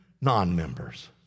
non-members